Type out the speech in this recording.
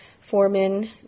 Foreman